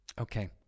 Okay